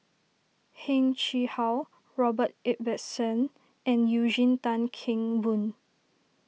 Heng Chee How Robert Ibbetson and Eugene Tan Kheng Boon